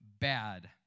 bad